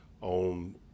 on